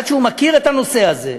עד שהוא מכיר את הנושא הזה,